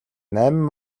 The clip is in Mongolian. найман